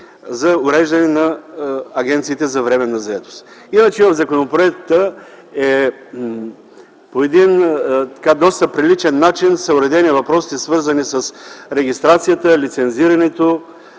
за уреждане на агенциите за временна заетост. Иначе в законопроекта по един доста приличен начин са уредени въпросите, свързани с регистрацията, лицензирането